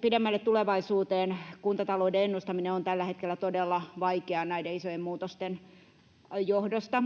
pidemmälle tulevaisuuteen kuntatalouden ennustaminen on tällä hetkellä todella vaikeaa näiden isojen muutosten johdosta.